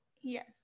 Yes